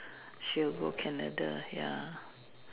she will go Canada ya